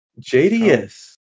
JDS